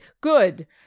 good